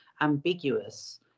ambiguous